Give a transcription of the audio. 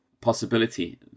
possibility